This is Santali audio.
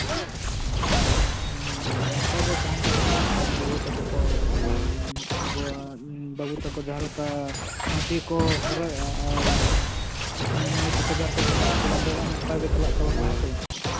ᱟᱪᱪᱷᱟ ᱱᱚᱝᱠᱟᱜᱮ ᱛᱟᱸᱦᱮᱱ ᱛᱟᱵᱳᱱ ᱢᱟ ᱢᱟᱹᱭ ᱵᱟᱹᱵᱩ ᱛᱟᱠᱚ ᱟᱵᱚᱣᱟᱜ ᱵᱟᱹᱵᱩ ᱛᱟᱠᱚ ᱡᱟᱸᱦᱟ ᱞᱮᱠᱟ ᱯᱟᱧᱪᱤ ᱦᱚᱨᱚᱜ ᱮᱜᱼᱟ ᱟᱨ ᱢᱟᱹᱭ ᱛᱟᱠᱚ ᱡᱟᱸᱦᱟ ᱞᱮᱠᱟ ᱠᱚ ᱦᱚᱨᱚᱜ ᱮᱫᱟ ᱜᱮᱸᱫᱟᱜ ᱠᱚᱠᱚ ᱵᱟᱸᱫᱮᱭ ᱢᱟ